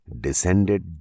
descended